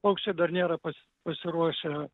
paukščiai dar nėra pas pasiruošę